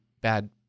bad